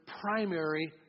primary